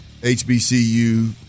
HBCU